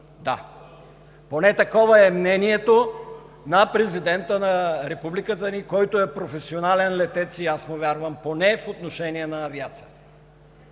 – поне такова е мнението на Президента на републиката ни, който е професионален летец и аз му вярвам поне по отношение на авиацията.